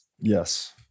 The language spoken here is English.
Yes